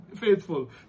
faithful